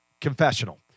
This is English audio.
confessional